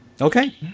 Okay